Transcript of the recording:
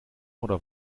oder